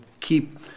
keep